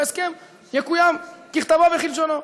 וההסכם יקוים ככתבו וכלשונו.